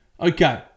Okay